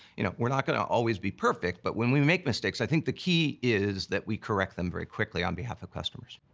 you know, we're not always be perfect, but when we make mistakes, i think the key is that we correct them very quickly on behalf of customers.